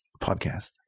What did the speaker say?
Podcast